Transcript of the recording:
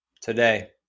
Today